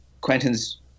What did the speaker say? Quentin's